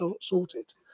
sorted